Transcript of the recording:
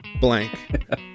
blank